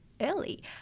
Early